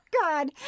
God